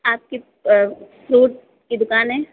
आपकी फ्रूट की दुकान है